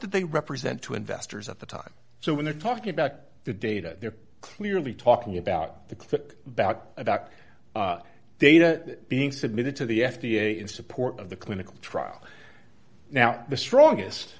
they represent to investors at the time so when they're talking about the data they're clearly talking about the click back about data being submitted to the f d a in support of the clinical trial now the strongest